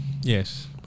Yes